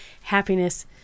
happiness